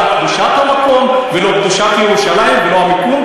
קדושת המקום ולא קדושת ירושלים ולא המיקום,